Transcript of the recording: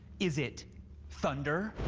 is it thunder?